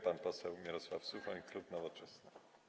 Pan poseł Mirosław Suchoń, klub Nowoczesna.